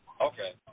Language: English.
Okay